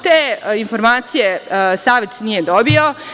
Te informacije Savet nije dobio.